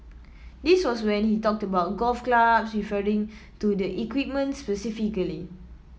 this was when he talked about golf clubs referring to the equipment specifically